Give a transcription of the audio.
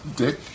dick